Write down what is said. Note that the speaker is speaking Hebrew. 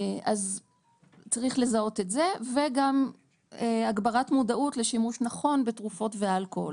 אז צריך לזהות את זה וגם הגברת מודעות לשימוש נכון בתרופות ואלכוהול,